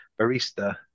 barista